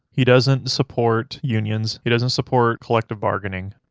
he doesn't support unions, he doesn't support collective bargaining.